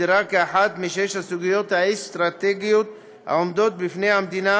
הוגדרה כאחת משש הסוגיות האסטרטגיות העומדות בפני המדינה,